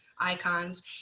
icons